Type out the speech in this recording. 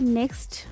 next